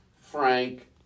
Frank